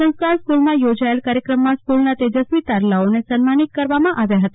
સંસ્કાર સ્કુલમાં યોજાયેલ કાર્યક્રમમાં સ્કુલના તેજસ્વી તારલોઓને સન્માનિત કરવામાં આવ્યા હતા